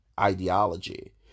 ideology